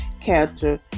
character